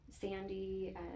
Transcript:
Sandy